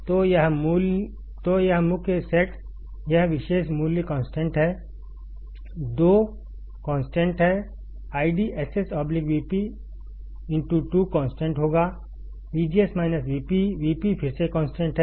तो यह मुख्य सेट यह विशेष मूल्य कॉन्स्टेंट है 2 कॉन्स्टेंट है IDSS Vp 2 कॉन्स्टेंट होगा VGS Vp Vp फिर से कॉन्स्टेंट है